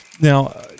now